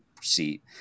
seat